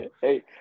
hey